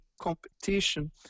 competition